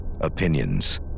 opinions